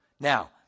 Now